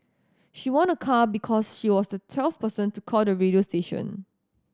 she won a car because she was the twelfth person to call the radio station